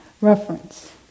reference